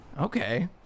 Okay